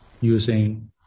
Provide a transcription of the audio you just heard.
Using